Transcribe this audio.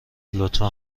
لطفا